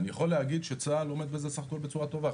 אני יכול להגיד שצה"ל עומד בזה סך הכול בצורה טובה.